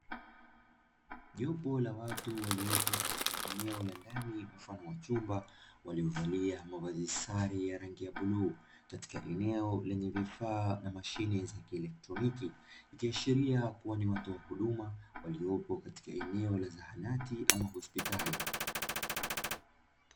Jopo la watu waliopo katika eneo la ndani mfano wa chumba waliovalia mavazi sare ya rangi ya bluu katika eneo lenye vifaa na mashine za kielektroniki ikiashiria kuwa ni watoa huduma waliopo katika eneo la zahanati ama hospitali.